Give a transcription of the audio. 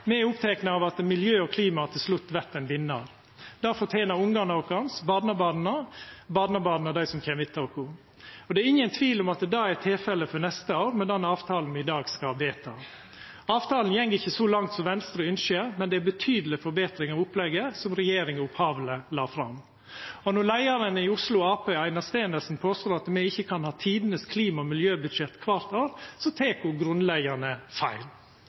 Me er opptekne av at miljø og klima til slutt vert ein vinnar. Det fortener ungane våre, barnebarna og barnebarna til dei som kjem etter oss. Det er ingen tvil om at det er tilfellet for neste år, med den avtalen me i dag skal vedta. Avtalen går ikkje så langt som Venstre ynskjer, men det er ei betydeleg forbetring av opplegget regjeringa opphavleg la fram. Når leiaren i Oslo Arbeidarparti, Aina Stenersen, påstår at me ikkje kan ha tidenes klima- og miljøbudsjett kvart år, tek ho grunnleggjande feil.